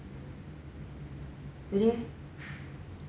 really meh